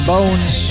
Bones